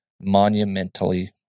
monumentally